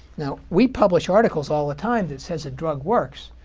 now, we publish articles all the time that says a drug works.